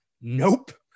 nope